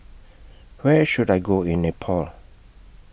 Where should I Go in Nepal